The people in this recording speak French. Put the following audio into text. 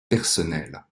personnelle